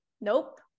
Nope